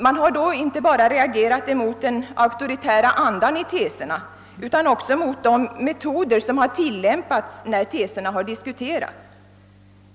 Man har då inte bara reagerat mot den auktoritära andan i teserna utan också mot de metoder som tillämpats när teserna har diskuterats.